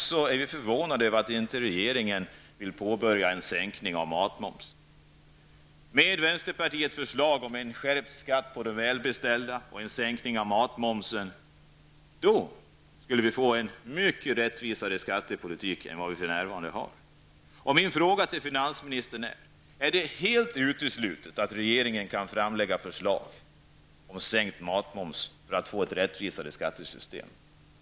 Främst är vi förvånade över att regeringen inte vill påbörja genomförandet av en sänkning av matmomsen. Med vänsterpartiets förslag om en skärpt skatt för de välbeställda och en sänkning av matmomsen skulle vårt land få en mycket rättvisare skattepolitik än för närvarande. Min fråga till finansministern är: Är det helt uteslutet att regeringen framlägger förslag om sänkt matmoms för att åstadkomma ett rättvisare skattesystem?